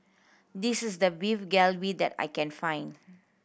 this is the Beef Galbi that I can find